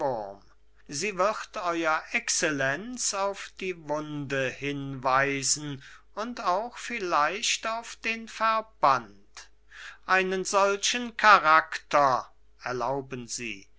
wie wird ew excellenz auf die wunde hinweisen und auch vielleicht auf den verband einen solchen charakter erlauben sie hätte